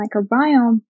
microbiome